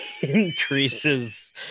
Increases